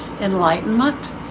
enlightenment